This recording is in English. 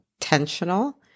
intentional